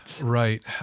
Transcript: Right